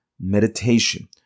meditation